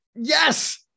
Yes